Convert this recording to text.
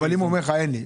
ואם הוא אומר שאין לו?